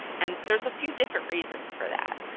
and there's a few different reasons for that.